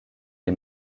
les